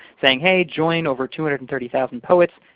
saying, hey. join over two hundred and thirty thousand poets.